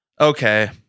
Okay